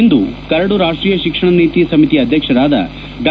ಇಂದು ಕರಡು ರಾಷ್ಟೀಯ ಶಿಕ್ಷಣ ನೀತಿ ಸಮಿತಿ ಅಧ್ಯಕ್ಷರಾದ ಡಾ